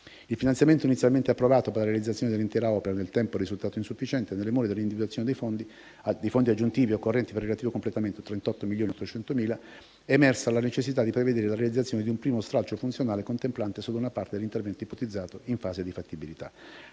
Il finanziamento, inizialmente approvato per la realizzazione dell'intera opera, nel tempo è risultato insufficiente e, nelle more dell'individuazione di fondi aggiuntivi occorrenti per il relativo completamento (38,8 milioni), è emersa la necessità di prevedere la realizzazione di un primo stralcio funzionale contemplante solo una parte dell'intervento ipotizzato in fase di fattibilità.